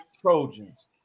Trojans